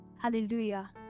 hallelujah